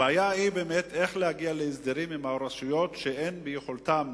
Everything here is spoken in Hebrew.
הבעיה היא איך להגיע להסדרים עם הרשויות שאין ביכולתן,